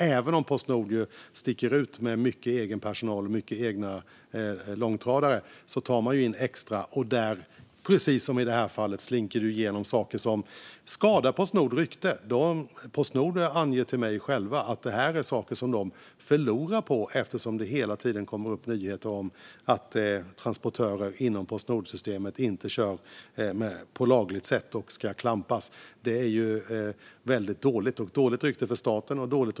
Även om Postnord sticker ut med mycket egen personal och många egna långtradare tar de in extra, och där slinker det ju - precis som i det här fallet - igenom saker som skadar Postnords rykte. Postnord anger själva till mig att det här är saker som de förlorar på eftersom det hela tiden kommer upp nyheter om att transportörer inom Postnordsystemet inte kör på lagligt sätt och ska klampas. Det är ju väldigt dåligt och ger dåligt rykte åt både staten och bolaget.